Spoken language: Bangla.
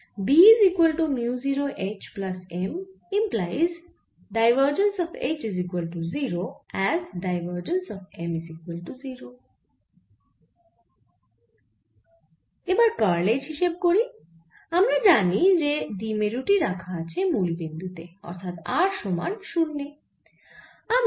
এবার কার্ল H হিসেব করব আমরা জানি যে দ্বিমেরু টি রাখা আছে মুল বিন্দু তে অর্থাৎ r সমান 0 তে